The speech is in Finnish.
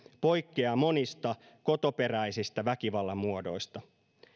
poikkeaa monista kotoperäisistä väkivallan muodoista